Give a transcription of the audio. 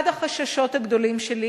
אחד החששות הגדולים שלי